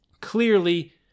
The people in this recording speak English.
Clearly